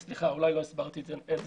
סליחה, אולי לא הסברתי את זה נכון.